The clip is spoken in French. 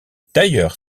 d’ailleurs